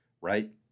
right